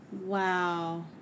wow